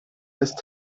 ist